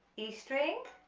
e string,